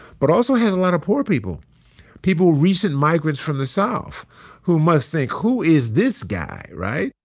but also has a lot of poor people people recent migrants from the south who must think, who is this guy, right?